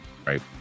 right